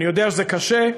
אני יודע שזה קשה,